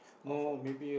of a